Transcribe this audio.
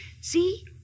See